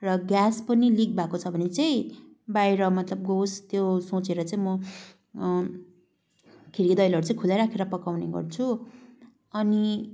र ग्यास पनि लिक् भएको छ भने चाहिँ बाहिर मतलब जाओस् त्यो सोचेर चाहिँ म खिडकी दैलोहरू चाहिँ खुल्लै राखेर पकाउने गर्छु अनि